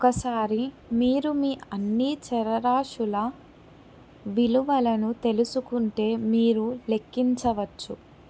ఒకసారి మీరు మీ అన్ని చరరాశుల విలువలను తెలుసుకుంటే మీరు లెక్కించవచ్చు